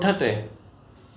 पुठिते